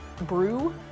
brew